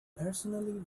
personally